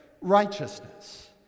righteousness